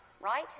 right